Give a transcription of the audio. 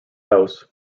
house